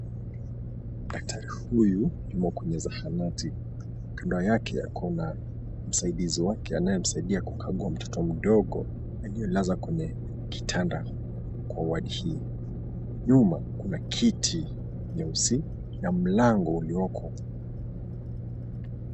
Daktari huyu yumo kwenye zahanati. Kando yake ako na msaidizi wake anayemsaidia kukagua mtoto mdogo, aliyelazwa kwenye kitanda, kwa wadi hii. Nyuma kuna kiti nyeusi na mlango ulioko.